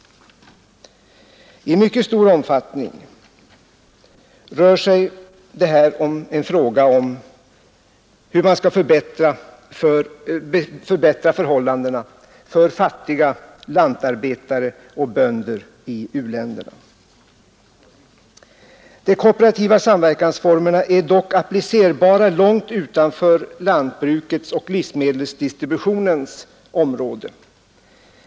I mycket stor omfattning är det en fråga om hur man skall kunna förbättra förhållandena för fattiga bönder och lantarbetare i u-länderna. De kooperativa samverkansformerna är dock applicerbara långt utanför lantbrukets och livsmedelsdistributionens områden.